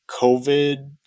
covid